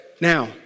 Now